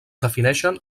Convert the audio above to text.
defineixen